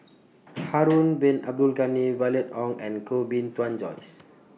Harun Bin Abdul Ghani Violet Oon and Koh Bee Tuan Joyce